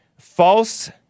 False